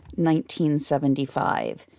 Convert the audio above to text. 1975